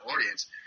audience